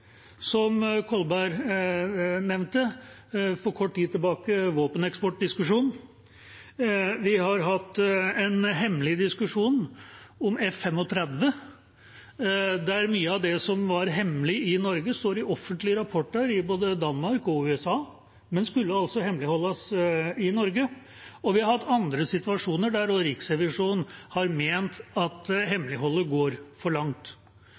for kort tid tilbake, som Kolberg nevnte. Vi har hatt en hemmelig diskusjon om F-35 der mye av det som var hemmelig i Norge, står i offentlige rapporter i både Danmark og USA. Men det skulle altså hemmeligholdes i Norge. Vi har hatt andre situasjoner der også Riksrevisjonen har ment at hemmeligholdet går for langt.